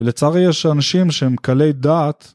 לצערי יש אנשים שהם קלי דעת.